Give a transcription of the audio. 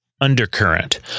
undercurrent